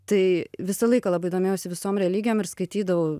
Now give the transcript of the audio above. tai visą laiką labai domėjausi visom religijom ir skaitydavau